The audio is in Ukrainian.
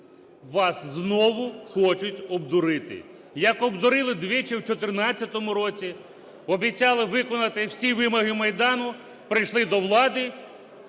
Вас знову хочуть обдурити, як обдурили двічі в 14-му році. Обіцяли виконати всі вимоги Майдану, прийшли до влади